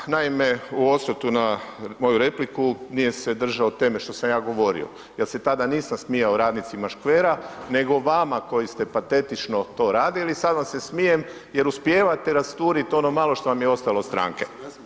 238., naime u osvrtu na moju repliku, nije se držao teme što sam ja govorio, ja se tada nisam smijao radnicima škvera nego vama koji ste patetično to radili, sad vam se smijem jer uspijevate rasturit ono malo što vam je ostalo od stranke.